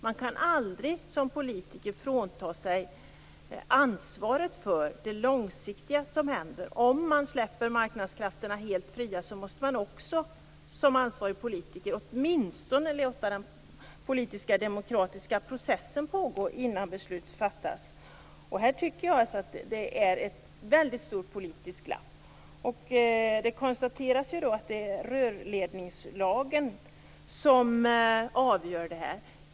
Man kan aldrig som politiker frånta sig ansvaret för det som händer långsiktigt. Om man släpper marknadskrafterna helt fria, måste man som ansvarig politiker åtminstone låta den politiska demokratiska processen pågå innan beslut fattas. Här tycker jag att det är ett väldigt stort politiskt glapp. Det konstateras att det är rörledningslagen som är avgörande här.